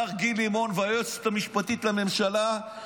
מר גיל לימון והיועצת המשפטית לממשלה,